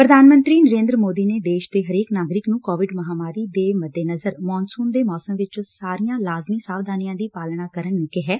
ਪ੍ਰਧਾਨ ਮੰਤਰੀ ਨਰੇਂਦਰ ਸੋਦੀ ਨੇ ਦੇਸ਼ ਦੇ ਹਰੇਕ ਨਾਗਰਿਕ ਨੇੰ ਕੋਵਿਡ ਮਹਾਂਮਾਰੀ ਦੇ ਮੱਦੇਨਜ਼ਰ ਮੌਨਸੁਨ ਦੇ ਮੌਸਮ ਚ ਸਾਰੀਆਂ ਲਾਜ਼ਮੀ ਸਾਵਧਾਨੀਆਂ ਦੀ ਪਾਲਣਾ ਕਰਨ ਨੂੰ ਕਿਹੈ